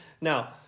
Now